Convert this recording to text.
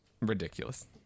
Ridiculous